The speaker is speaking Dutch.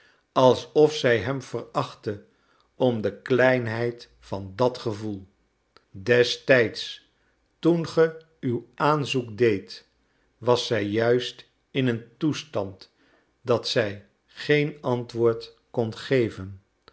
alsof zij hem verachtte om de kleinheid van dat gevoel destijds toen ge uw aanzoek deedt was zij juist in een toestand dat zij geen antwoord kon geven